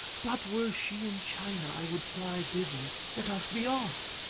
but were she in china i would fly thither let us be off.